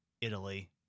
Italy